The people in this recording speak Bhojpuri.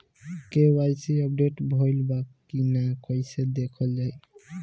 के.वाइ.सी अपडेट भइल बा कि ना कइसे देखल जाइ?